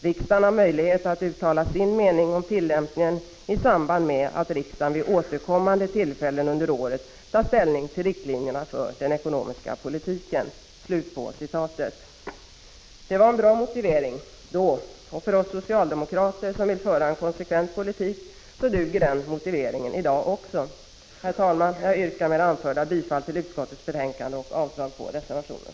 Riksdagen har möjlighet att uttala sin mening om tillämpningen i samband med att riksdagen vid återkommande tillfällen under året tar ställning till riktlinjerna för den ekonomiska politiken.” Det var en bra motivering då, och för oss socialdemokrater som vill föra en konsekvent politik duger den motiveringen i dag också. Herr talman! Jag yrkar med det anförda bifall till utskottets hemställan och avslag på reservationen.